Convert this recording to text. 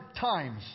times